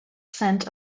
sent